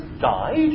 died